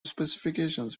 specifications